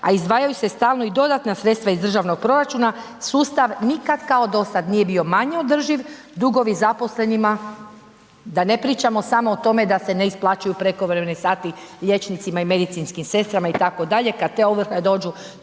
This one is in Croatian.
a izdvajaju se stalno i dodatna sredstva iz državnog proračuna, sustav nikad kao do sad nije bio manje održiv, dugovi zaposlenima da ne pričamo samo o tome da se ne isplaćuju prekovremeni sati liječnicima i medicinskim sestrama itd., kad te ovrhe dođu,